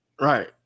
Right